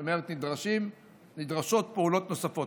זאת אומרת שנדרשות פעולות נוספות.